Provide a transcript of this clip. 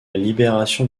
libération